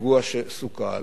פיגוע שסוכל.